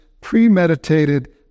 premeditated